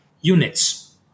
units